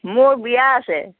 মোৰ বিয়া আছে